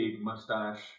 mustache